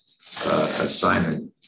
assignment